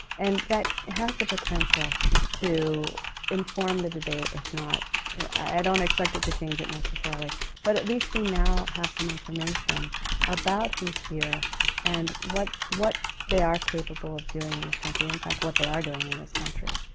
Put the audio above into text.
and that has the potential to inform the debate if not i don't expect it to change it necessarily but at least we now have some information about who's here and what what they are capable of doing in this country in fact what they are doing in this country.